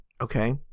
Okay